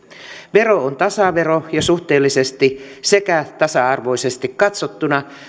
vero on tasavero ja suhteellisesti sekä tasa arvoisesti katsottuna